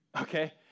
Okay